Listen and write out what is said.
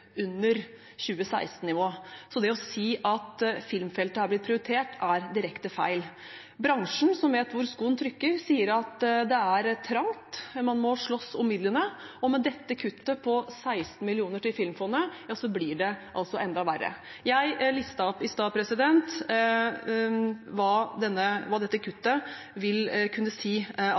det å si at filmfeltet har blitt prioritert, er direkte feil. Bransjen, som vet hvor skoen trykker, sier at det er trangt, man må slåss om midlene, og med dette kuttet på 16 mill. kr til Filmfondet blir det enda verre. Jeg listet i sted opp hva dette kuttet vil kunne ha å si med praktisk bortfall av f.eks. en spillefilm, filmfestivalene, halvparten av spillutviklingen eller fire tv-dramaserier. Når statsråden sier at